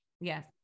Yes